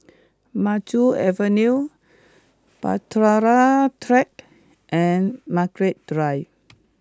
Maju Avenue Bahtera Track and Margaret Drive